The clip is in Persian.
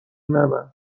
نبند